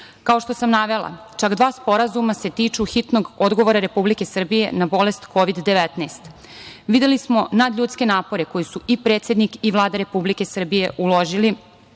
što sam navela, čak dva sporazuma se tiču hitnog odgovora Republike Srbije na bolest Kovid 19. Videli smo nadljudske napore koje su i predsednik i Vlada Republike Srbije uložili